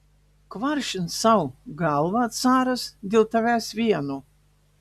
kvaršins sau galvą caras dėl tavęs vieno